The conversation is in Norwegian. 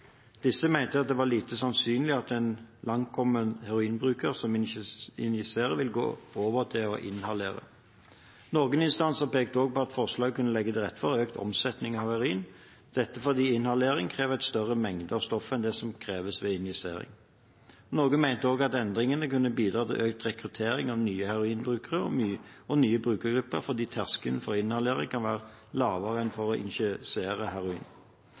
Disse mente det var lite sannsynlig at en langtkommen heroinbruker som injiserer, vil gå over til å inhalere. Noen instanser pekte også på at forslaget kunne legge til rette for økt omsetning av heroin, dette fordi inhalering krever en større mengde av stoffet enn det som kreves ved injisering. Noen mente også at endringene kunne bidra til økt rekruttering av nye heroinbrukere og nye brukergrupper fordi terskelen for å inhalere kan være lavere enn for å